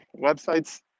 Websites